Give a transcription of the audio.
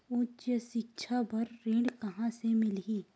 उच्च सिक्छा बर ऋण कहां ले मिलही?